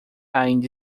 ainda